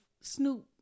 Snoop